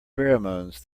pheromones